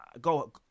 go